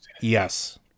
yes